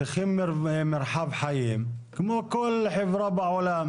צריכים מרחב חיים, כמו כל חברה בעולם